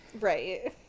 Right